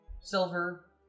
silver